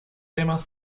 temas